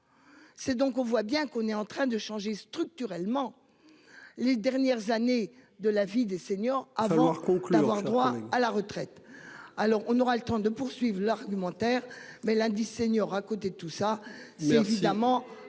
C'est donc on voit bien qu'on est en train de changer structurellement. Les dernières années de la vie des seniors avant qu'on d'avoir droit à la retraite. Alors on aura le temps de poursuivre l'argumentaire mais lundi senior à côté tout ça c'est évidemment